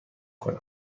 کنم